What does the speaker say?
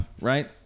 right